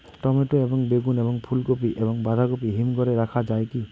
Tomato এবং বেগুন এবং ফুলকপি এবং বাঁধাকপি হিমঘরে রাখা যায় কি?